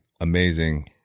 amazing